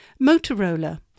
Motorola